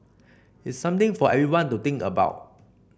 it's something for everyone to think about